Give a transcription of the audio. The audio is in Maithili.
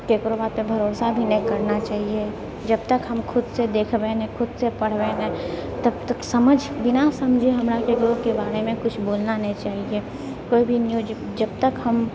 ककरो बातपर भरोसा भी नहि करना चाहिअऽ जबतक हम खुदसँ देखबै नहि खुदसँ पढ़बै नहि तबतक समझ बिना समझे हमराके लोकके बारेमे किछु बोलना नहि चाहिअऽ कोइ भी न्यूज जबतक हम